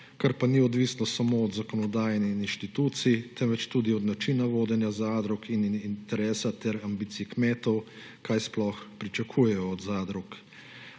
kar pa ni odvisno samo od zakonodaje in inštitucij, temveč tudi od načina vodenja zadrug in interesa ter ambicij kmetov, kaj sploh pričakujejo od zadrug.